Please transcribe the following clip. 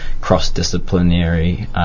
cross-disciplinary